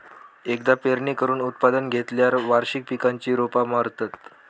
एकदा पेरणी करून उत्पादन घेतल्यार वार्षिक पिकांची रोपा मरतत